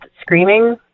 screaming